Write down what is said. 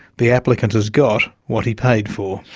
the applicant has got what he paid for.